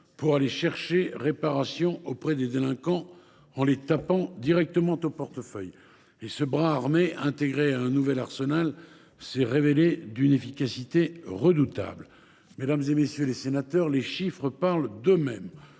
pour aller chercher réparation auprès des délinquants en les tapant directement au portefeuille. Ce bras armé, intégré à un nouvel arsenal, s’est révélé d’une efficacité redoutable. Les chiffres parlent d’eux mêmes.